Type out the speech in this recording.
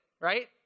right